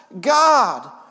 God